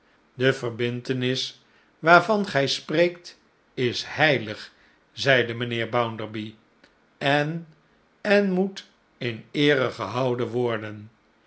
de verbintenis waar van gij spreekt is heilig zeide mijnheer bounderby en en moet in eere gehouden worden